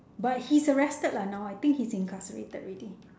but he's arrested lah not I think he's incarcerated already